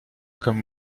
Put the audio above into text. comme